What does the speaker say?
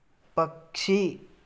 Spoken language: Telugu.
పక్షి